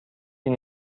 این